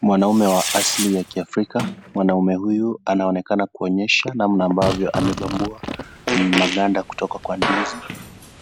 Mwanaume wa asili ya kiafrika. Mwanaume huyu anaonekana kuonyesha namna ambayo amebambua maganda kutoka kwa ndizi